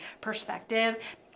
perspective